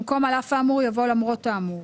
במקום "על אף האמור" יבוא "למרות האמור".